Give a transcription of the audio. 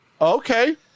Okay